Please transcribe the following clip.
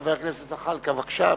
חבר הכנסת ג'מאל זחאלקה, בבקשה.